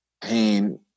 pain